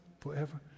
forever